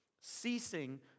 ceasing